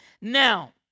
Now